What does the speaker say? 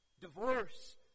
Divorce